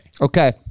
Okay